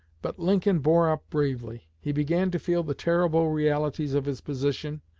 but lincoln bore up bravely. he began to feel the terrible realities of his position,